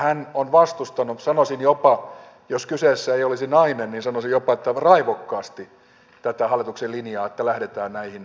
hän on vastustanut sanoisin jopa jos kyseessä ei olisi nainen niin sanoisin jopa että raivokkaasti tätä hallituksen linjaa että lähdetään näihin eun sisäisiin siirtoihin